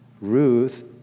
Ruth